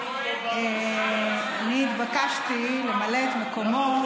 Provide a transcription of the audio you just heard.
אני התבקשתי למלא את מקומו,